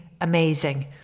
amazing